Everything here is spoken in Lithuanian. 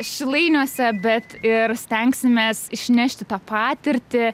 šilainiuose bet ir stengsimės išnešti tą patirtį